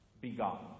begotten